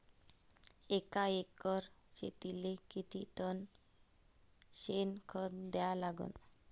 एका एकर शेतीले किती टन शेन खत द्या लागन?